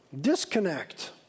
Disconnect